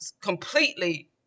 completely